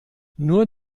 nur